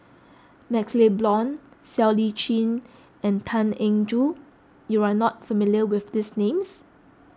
MaxLe Blond Siow Lee Chin and Tan Eng Joo you are not familiar with these names